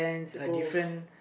the ghost